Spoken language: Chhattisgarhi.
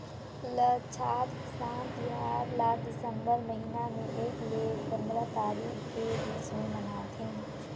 लद्दाख किसान तिहार ल सितंबर महिना में एक ले पंदरा तारीख के बीच में मनाथे